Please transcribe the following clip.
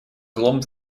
злом